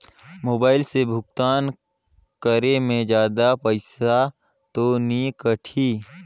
Mobile से भुगतान करे मे जादा पईसा तो नि कटही?